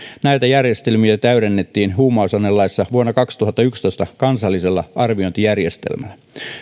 näitä järjestelmiä täydennettiin huumausainelaissa vuonna kaksituhattayksitoista kansallisella arviointijärjestelmällä